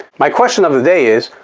my question of the day is,